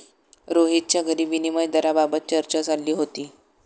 रोहितच्या घरी विनिमय दराबाबत चर्चा चालली होती